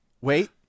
wait